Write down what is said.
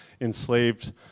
enslaved